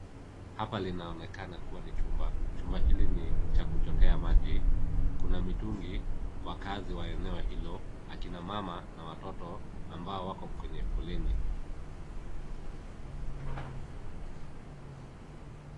Hapa linaonekana kuwa ni chumba. Chumba hili ni cha kuchotea maji. Kuna mitungi, wakaazi wa eneo hilo akina mama, na watoto ambao wako kwenye foleni.